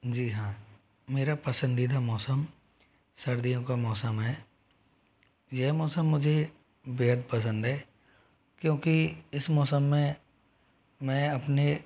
जी हाँ मेरा पसंदीदा मौसम सर्दियों का मौसम है यह मौसम मुझे बेहद पसंद है क्योंकि इस मौसम में मैं अपने